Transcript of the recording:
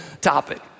topic